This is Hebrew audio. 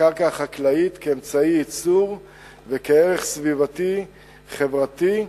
הקרקע החקלאית כאמצעי ייצור וכערך סביבתי חברתי.